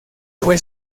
fue